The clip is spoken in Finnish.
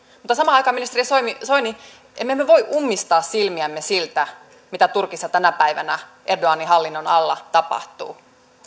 mutta samaan aikaan ministeri soini soini emme me voi ummistaa silmiämme siltä mitä turkissa tänä päivänä erdoganin hallinnon alla tapahtuu